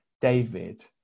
David